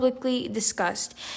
discussed